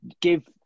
give